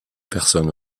personne